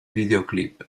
videoclip